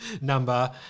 number